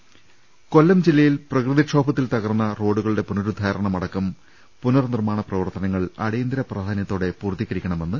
ലലലലലലലലലലലലല കൊല്ലം ജില്ലയിൽ പ്രകൃതിക്ഷോഭത്തിൽ തകർന്ന റോഡുകളുടെ പുനരുദ്ധാരണം അടക്കം പുനർനിർമാണ പ്രവർത്തനങ്ങൾ അടിയന്തര പ്രാധാന്യത്തോടെ പൂർത്തീകരിക്കണക്കുന്ന്